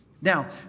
Now